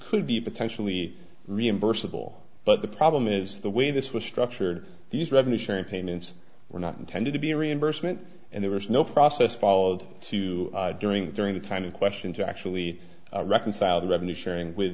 could be potentially reimbursable but the problem is the way this was structured these revenue sharing payments were not intended to be a reimbursement and there was no process followed to during the during the time in question to actually reconcile the revenue sharing with